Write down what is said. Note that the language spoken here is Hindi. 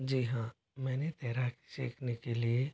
जी हाँ मैंने तैराकी सीखने के लिए